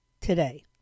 today